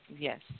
Yes